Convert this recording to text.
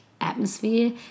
atmosphere